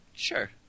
Sure